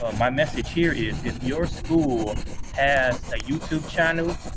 ah my message here is, if your school has a youtube channel,